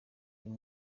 ibi